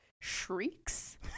shrieks